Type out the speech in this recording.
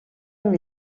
amb